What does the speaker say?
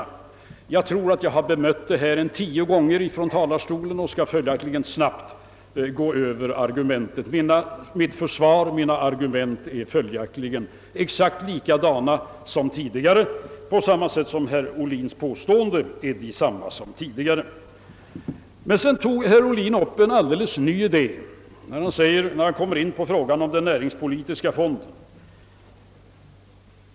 Jag har troligen bemött de argumenten ett tiotal gånger från denna talarstol och kan därför nu mycket snabbt bemöta dem. Mina argument därvidlag är exakt desamma som tidigare, liksom herr Ohlins påståenden är desamma som tidigare. Men sedan tog herr Ohlin också upp en helt ny idé, när han talade om näringspolitiska fonden.